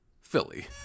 Philly